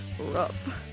rough